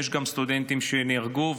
יש גם סטודנטים שנהרגו,